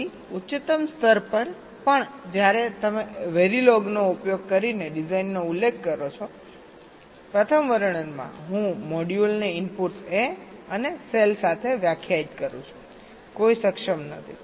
તેથી ઉચ્ચતમ સ્તર પર પણ જ્યારે તમે વેરીલોગનો ઉપયોગ કરીને ડિઝાઇનનો ઉલ્લેખ કરો છો પ્રથમ વર્ણનમાં હું મોડ્યુલને ઇનપુટ્સ a અને sel સાથે વ્યાખ્યાયિત કરું છું કોઈ સક્ષમ નથી